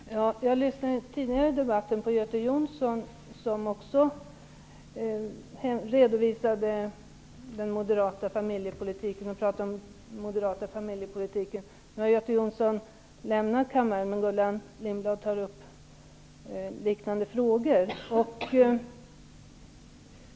Herr talman! Jag lyssnade tidigare i debatten på Göte Jonsson, som också redovisade den moderata familjepolitiken. Nu har Göte Jonsson lämnat kammaren, men Gullan Lindblad tar upp liknande frågor.